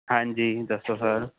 ਹਾਂਜੀ ਦੱਸੋ ਸਰ